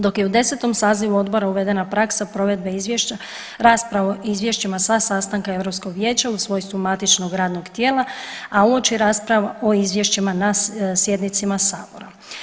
Dok je u 10. sazivu odbora uvedena praksa provedbe izvješća raspravu o izvješćima sa sastanka Europskog vijeća u svojstvu matičnog radnog tijela, a uoči rasprava o izvješćima na sjednicama sabora.